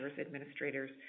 administrators